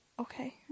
Okay